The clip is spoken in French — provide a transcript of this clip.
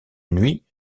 nuit